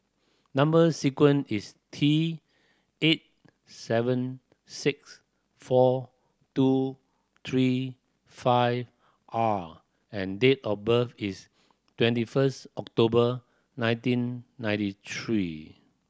number sequence is T eight seven six four two three five R and date of birth is twenty first October nineteen ninety three